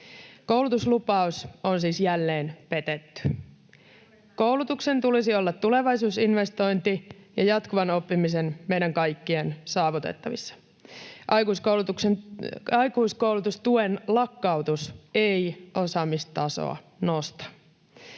Koulutuslupaus on siis jälleen petetty. Koulutuksen tulisi olla tulevaisuusinvestointi ja jatkuvan oppimisen meidän kaikkien saavutettavissa. Aikuiskoulutustuen lakkautus ei osaamistasoa nosta.